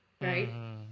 right